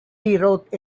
wrote